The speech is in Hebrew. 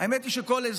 מה שנקרא,